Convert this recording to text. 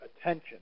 attention